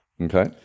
Okay